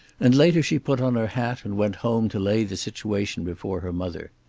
and later she put on her hat and went home to lay the situation before her mother.